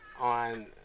on